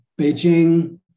Beijing